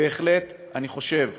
אני חושב,